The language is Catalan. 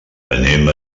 anem